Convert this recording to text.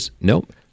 Nope